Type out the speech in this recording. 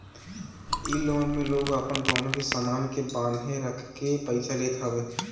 इ लोन में लोग आपन कवनो भी सामान के बान्हे रखके पईसा लेत हवे